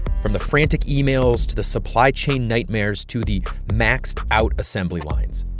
from the frantic emails to the supply chain nightmares to the maxed out assembly lines,